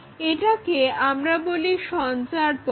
এটাকে আমরা বলি সঞ্চারপথ